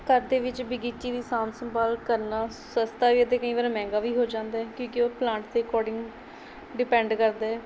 ਘਰ ਦੇ ਵਿੱਚ ਬਗੀਚੀ ਦੀ ਸਾਂਭ ਸੰਭਾਲ ਕਰਨਾ ਸਸਤਾ ਵੀ ਅਤੇ ਕਈ ਵਾਰ ਮਹਿੰਗਾ ਵੀ ਹੋ ਜਾਂਦਾ ਕਿਉਂਕਿ ਉਹ ਪਲਾਂਟ ਦੇ ਅਕੋਰਡਿੰਗ ਡਿਪੈਂਡ ਕਰਦਾ